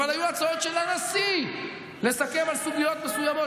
אבל היו הצעות של הנשיא לסכם על סוגיות מסוימות